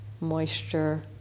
moisture